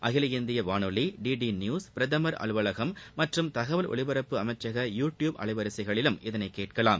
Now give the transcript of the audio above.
அகில இந்திய வானொலி டி டி நியூஸ் பிரதம் அலுவலகம் மற்றும் தகவல் ஒலிபரப்பு அமைச்ச யூ டியூப் அலைவரிசைகளிலும் இதனை கேட்கலாம்